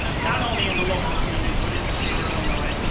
not only in the local community, but in the state of illinois.